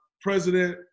President